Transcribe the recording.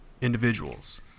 individuals